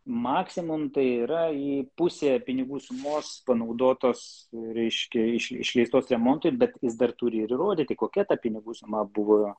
maksimum tai yra į pusę pinigų sumos panaudotos reiškia iš išleistos remontui bet jis dar turi ir įrodyti kokia ta pinigų suma buvo